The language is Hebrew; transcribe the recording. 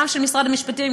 גם של משרד המשפטים,